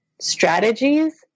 strategies